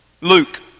Luke